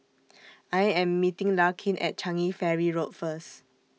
I Am meeting Larkin At Changi Ferry Road First